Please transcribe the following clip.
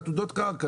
עתודות קרקע.